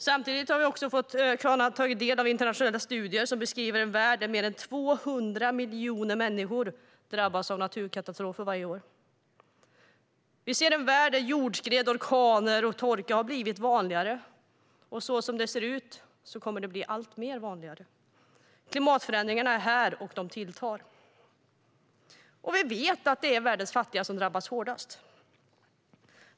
Samtidigt har vi kunnat ta del av internationella studier som beskriver en värld där fler än 200 miljoner människor drabbas av naturkatastrofer varje år. Vi ser en värld där jordskred, orkaner och torka har blivit vanligare, och som det ser ut kommer dessa saker att bli alltmer vanliga. Klimatförändringarna är här, och de tilltar. Vi vet att det är världens fattiga som drabbas hårdast.